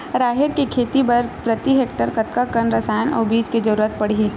राहेर के खेती बर प्रति हेक्टेयर कतका कन रसायन अउ बीज के जरूरत पड़ही?